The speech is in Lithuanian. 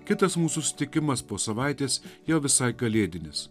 kitas mūsų susitikimas po savaitės jau visai kalėdinis